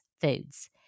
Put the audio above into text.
foods